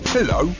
Hello